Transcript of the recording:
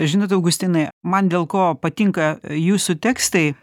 žinot augustinai man dėl ko patinka jūsų tekstai